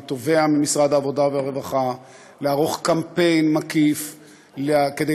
אני תובע ממשרד העבודה והרווחה לערוך קמפיין מקיף כדי